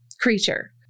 creature